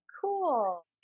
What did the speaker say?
cool